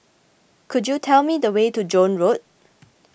could you tell me the way to Joan Road